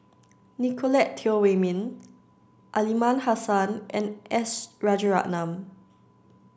Nicolette Teo Wei Min Aliman Hassan and S Rajaratnam